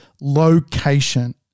location